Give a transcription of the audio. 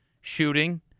shooting